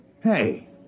Hey